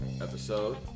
episode